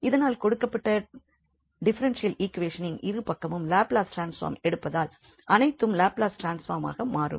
இதனால் கொடுக்கப்பட்ட டிஃபரென்ஷியல் ஈக்வேஷனின் இருபக்கமும் லாப்லஸ் ட்ரான்ஸ்பார்ம் எடுப்பதனால் அனைத்தும் லாப்லஸ் ட்ரான்ஸ்பார்மாக மாறும்